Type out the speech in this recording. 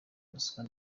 ruswa